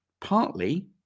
Partly